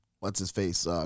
what's-his-face